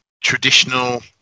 traditional